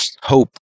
hope